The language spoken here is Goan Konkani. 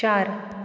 चार